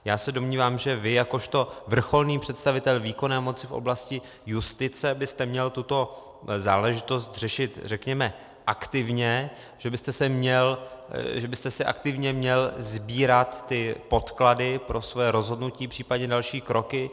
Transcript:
Já se domnívám, že vy jakožto vrcholný představitel výkonné moci v oblasti justice byste měl tuto záležitost řešit řekněme aktivně, že byste si aktivně měl sbírat ty podklady pro své rozhodnutí, případně další kroky.